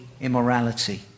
immorality